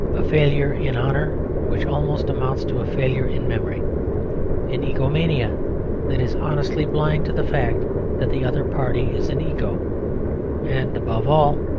a failure in honour which almost amounts to a failure in memory an egomania that is honestly blind to the fact that the other party is an ego and, above all,